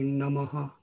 namaha